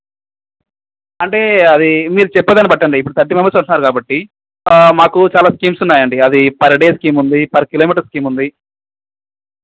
అంటే అదీ మీరు చెప్పేదాన్ని బట్టి అండి ఇప్పుడు మీరు థర్టీ మెంబర్స్ వస్తున్నారు కాబట్టి అంటే మాకు చాలా స్కీమ్స్ ఉన్నాయండి అవి పర్ డే స్కీమ్ ఉంది పర్ కిలో మీటర్ స్కీమ్ ఉంది